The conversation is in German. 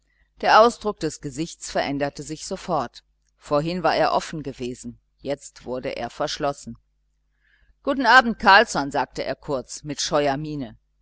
der ausdruck des gesichts veränderte sich sofort vorhin war er offen gewesen jetzt wurde er verschlossen guten abend carlsson sagte er kurz mit scheuer miene